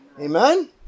Amen